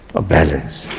a balance.